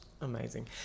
amazing